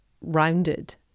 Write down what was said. Rounded